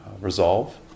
resolve